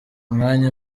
myanya